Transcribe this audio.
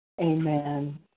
Amen